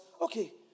okay